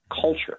culture